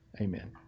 amen